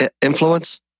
influence